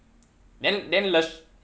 then then le~